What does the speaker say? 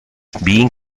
being